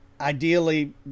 ideally